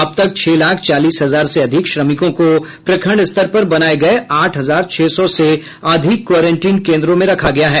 अब तक छह लाख चालीस हजार से अधिक श्रमिकों को प्रखंड स्तर पर बनाये गए आठ हजार छह सौ से अधिक क्वारेंटीन केंद्रों में रखा गया है